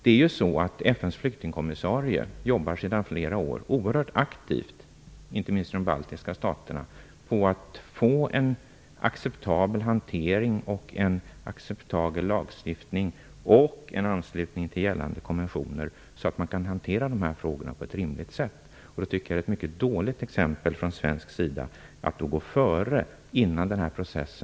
FN:s flyktingkommissarie jobbar sedan flera år oerhört aktivt - inte minst för de baltiska staterna - på att få en acceptabel hantering, en acceptabel lagstiftning och en anslutning till gällande konventioner, så att man kan hantera de här frågorna på ett rimligt sätt. Jag tycker att det är ett mycket dåligt exempel från svensk sida att föregå den här processen.